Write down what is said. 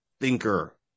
thinker